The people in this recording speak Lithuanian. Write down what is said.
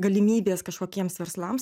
galimybės kažkokiems verslams